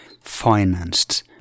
financed